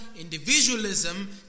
individualism